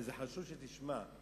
זה חשוב שתשמע,